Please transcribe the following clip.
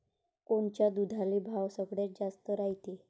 कोनच्या दुधाले भाव सगळ्यात जास्त रायते?